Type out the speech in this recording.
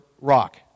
rock